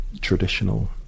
traditional